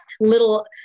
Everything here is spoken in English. little